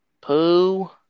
Poo